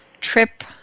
trip